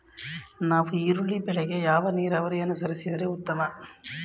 ನಾವು ಈರುಳ್ಳಿ ಬೆಳೆಗೆ ಯಾವ ನೀರಾವರಿ ಅನುಸರಿಸಿದರೆ ಉತ್ತಮ?